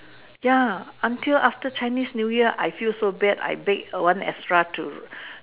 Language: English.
ya until after Chinese new year I feel so bad I bake one extra to